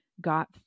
Got